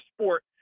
sport